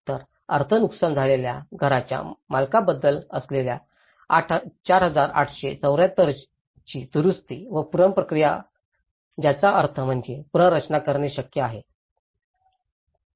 तर अर्ध नुकसान झालेल्या घराच्या मालकाबद्दल असलेल्या 4874 ची दुरुस्ती व पुनर्प्रक्रिया प्रक्रिया ज्याचा अर्थ म्हणजे पुनर्रचना करणे शक्य आहे